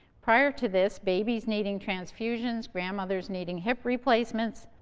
prior to this, babies needing transfusions, grandmothers needing hip replacements,